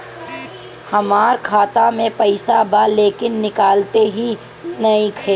हमार खाता मे पईसा बा लेकिन निकालते ही नईखे?